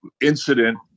incident